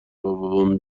بابام